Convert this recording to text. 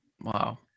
Wow